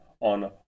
on